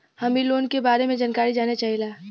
हम इ लोन के बारे मे जानकारी जाने चाहीला?